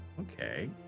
Okay